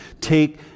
take